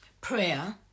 prayer